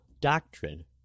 doctrine